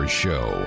show